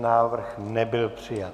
Návrh nebyl přijat.